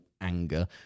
anger